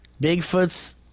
Bigfoot's